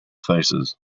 faces